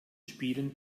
spielen